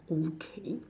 okay